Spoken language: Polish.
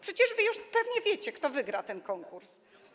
Przecież wy już pewnie wiecie, kto wygra ten konkurs.